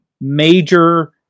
major